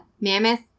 mammoth